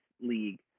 league